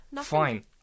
Fine